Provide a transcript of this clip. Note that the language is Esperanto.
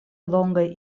longaj